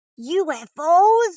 UFOs